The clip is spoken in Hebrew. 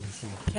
ההפרות.